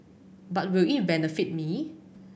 but will it benefit me